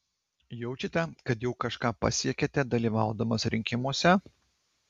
jaučiate kad jau kažką pasiekėte dalyvaudamas rinkimuose